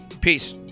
Peace